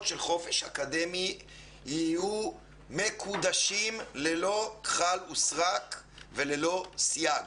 של חופש אקדמי יהיו מקודשים ללא כחל וסרק וללא סייג.